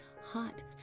hot